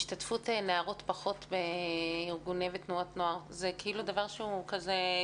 השתתפות פחותה יותר של נערות בארגוני ותנועות נוער שווה בדיקה,